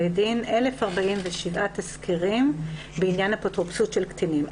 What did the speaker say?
דין 1047 תסקירים בעניין אפוטרופסות של קטינים.